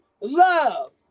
love